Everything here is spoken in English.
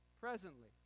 presently